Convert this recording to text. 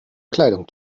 kleidung